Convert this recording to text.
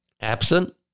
absent